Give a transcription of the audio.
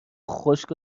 خشک